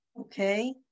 Okay